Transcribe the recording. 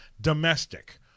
domestic